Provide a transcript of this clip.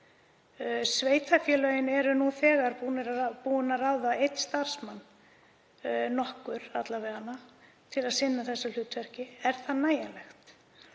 Sveitarfélögin eru nú þegar búin að ráða einn starfsmann, alla vega nokkur, til að sinna þessu hlutverki. Er það nægjanlegt?